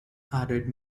added